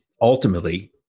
ultimately